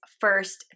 first